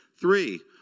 Three